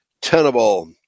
tenable